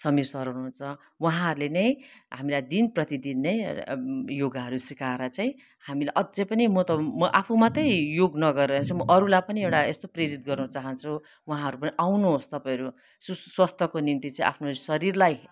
Samir sir हुनुहुन्छ उहाँहरूले नै हामीलाई दिन प्रतिदिन नै योगाहरू सिकाएर चाहिँ हामीलाई अझै पनि म त आफू मात्रै योग नगरेर चाहिँ म अरूलाई पनि एउटा यस्तो प्रेरित गर्नु चाहन्छु उहाँहरू पनि आउनुहोस् तपाईँहरू सुस्वास्थ्यको निम्ति चाहिँ आफ्नो शरीरलाई